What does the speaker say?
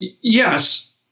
Yes